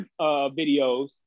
videos